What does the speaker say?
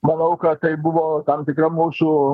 manau kad tai buvo tam tikra mūsų